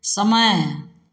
समय